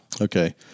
Okay